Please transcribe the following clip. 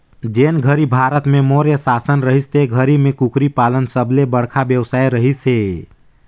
जेन घरी भारत में मौर्य सासन रहिस ते घरी में कुकरी पालन सबले बड़खा बेवसाय रहिस हे